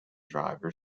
driver